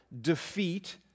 defeat